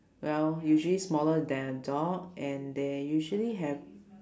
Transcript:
well usually smaller than a dog and they usually have